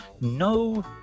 no